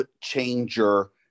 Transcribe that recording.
changer